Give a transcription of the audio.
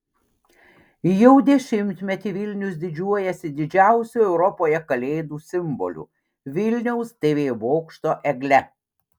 jau dešimtmetį vilnius didžiuojasi didžiausiu europoje kalėdų simboliu vilniaus tv bokšto egle